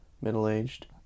middle-aged